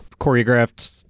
choreographed